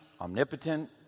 omnipotent